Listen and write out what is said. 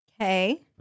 Okay